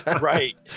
right